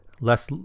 less